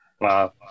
Wow